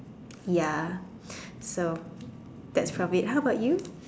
ya so that's probably how about you